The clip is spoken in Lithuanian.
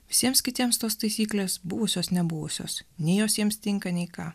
visiems kitiems tos taisyklės buvusios nebuvusios nei jos jiems tinka nei ką